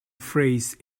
phrase